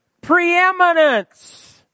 preeminence